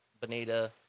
bonita